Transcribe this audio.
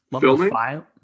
Filming